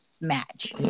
match